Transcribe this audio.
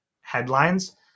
headlines